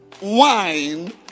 wine